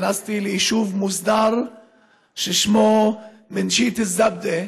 נכנסתי ליישוב מוסדר ששמו מנשייה זבדה,